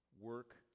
Work